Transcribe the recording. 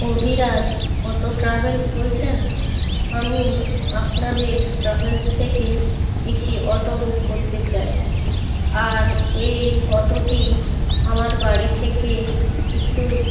Abhiraj auto travels বলছেন আমি আপনাদের ট্রাভেলস থেকে একটি অটো বুক করতে চাই আর এই অটোটি আমার বাড়ি থেকে একটু